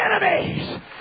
enemies